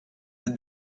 the